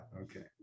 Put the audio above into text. okay